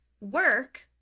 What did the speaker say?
work